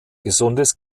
gesundes